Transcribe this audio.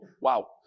Wow